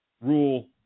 rule